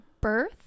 Birth